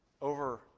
over